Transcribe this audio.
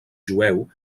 jueu